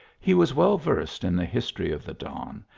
he was well versed in the history of the don,